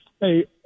Hey